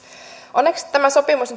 onneksi tämä sopimus